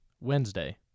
Wednesday